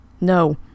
No